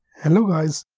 hello guys,